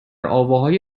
آواهای